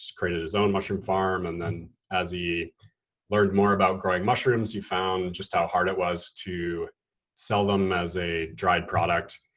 created his own mushroom farm. and then as he learned more about growing mushrooms, he found just how hard it was to sell them as a dried product.